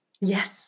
yes